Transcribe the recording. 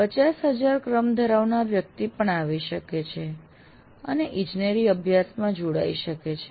50000 ક્રમ ધરાવનાર વ્યક્તિ પણ આવી શકે છે અને ઇજનેરી અભ્યાસમાં જોડાઈ શકે છે